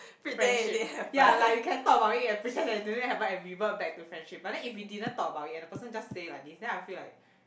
friendship yea like we can talk about it and pretend that it didn't happen and revert back to friendship but then if we didn't talk about it and the person just say like this then I feel like